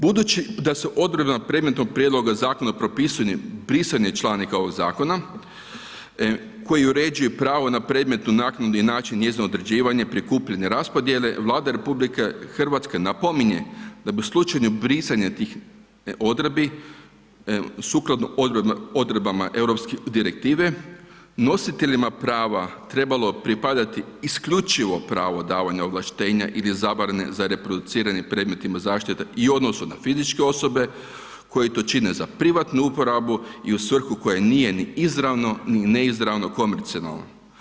Budući da se odredbama predmetnog prijedloga zakona propisani ... članaka ovog zakona, koji uređuje pravo na predmetnu naknadu i način njezinog određivanje i prikupljanje raspodijele, Vlada RH napominje da bi u slučaju brisanja tih odredbi sukladno odredbama EU direktive, nositeljima prava trebalo pripada isključivo pravo davanja ovlaštenja ili zabrane za reproduciranje predmetima zaštite i u odnosu fizičke osobe koje to čine za privatnu uporabu i u svrhu koja nije ni izravno ni neizravno komercijalna.